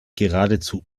geradezu